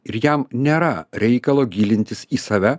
ir jam nėra reikalo gilintis į save